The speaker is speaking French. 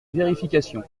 vérification